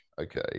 okay